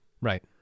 right